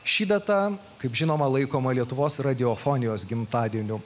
ši data kaip žinoma laikoma lietuvos radiofonijos gimtadieniu